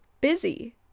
busy